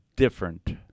Different